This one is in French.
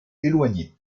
éloigné